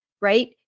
right